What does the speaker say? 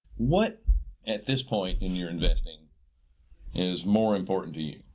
what at this point in your investing is more important to you?